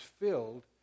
filled